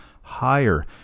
higher